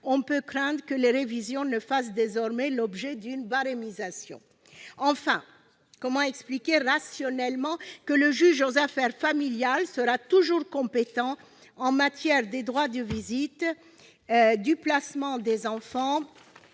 On peut craindre que les révisions ne fassent désormais l'objet d'une barémisation. Enfin, comment expliquer rationnellement que le juge aux affaires familiales sera toujours compétent en matière de fixation des droits de visite, de placement des enfants